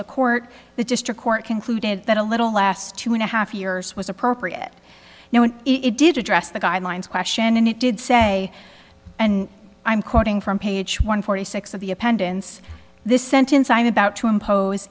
the court the district court concluded that a little last two and a half years was appropriate now and it did address the guidelines question and it did say and i'm quoting from page one forty six of the attendance this sentence i'm about to impose